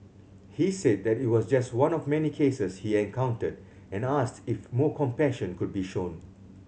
he said that it was just one of many cases he encountered and asked if more compassion could be shown